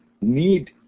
need